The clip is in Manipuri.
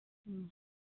ꯎꯝ